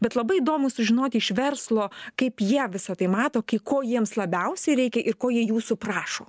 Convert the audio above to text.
bet labai įdomu sužinoti iš verslo kaip jie visa tai mato kai ko jiems labiausiai reikia ir ko jie jūsų prašo